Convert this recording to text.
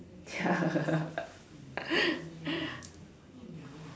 ya